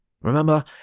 Remember